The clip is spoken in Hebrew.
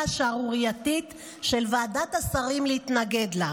השערורייתית של ועדת השרים להתנגד לה.